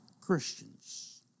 Christians